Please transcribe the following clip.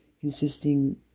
insisting